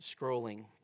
scrolling